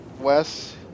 Wes